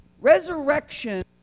Resurrection